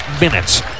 minutes